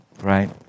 right